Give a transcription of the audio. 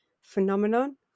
phenomenon